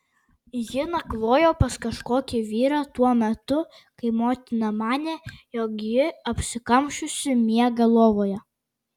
ji nakvojo pas kažkokį vyrą tuo metu kai motina manė jog ji apsikamšiusi miega lovoje